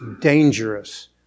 dangerous